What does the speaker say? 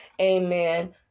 amen